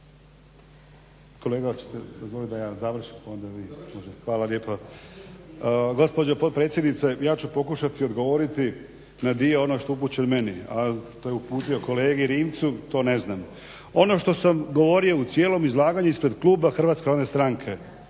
dozvoliti da ja završim pa onda vi. Hvala lijepa. Gospođo potpredsjednice ja ću pokušati odgovoriti na dio ono što je upućen meni, a što je uputio kolegi Rimcu to ne znam. Ono što sam govorio u cijelom izlaganju ispred kluba HNS-a govorio sam